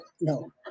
No